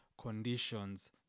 conditions